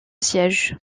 siège